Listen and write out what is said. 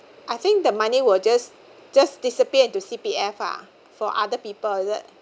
I think the money will just just disappear into C_P_F ah for other people is it